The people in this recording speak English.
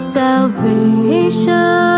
salvation